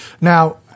Now